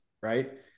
right